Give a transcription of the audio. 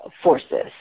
forces